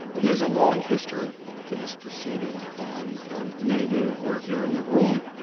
there's a long history to this proceeding. and many of you who are here in the room,